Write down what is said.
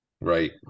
Right